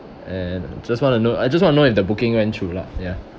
and just want to know I just want to know if the booking went through lah ya